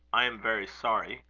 i am very sorry.